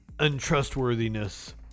Untrustworthiness